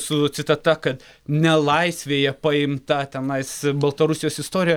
su citata kad nelaisvėje paimta tenais baltarusijos istorija